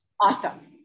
Awesome